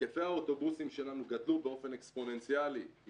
היקפי האוטובוסים שלנו גדלו באופן אקספוננציאלי כי